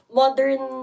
modern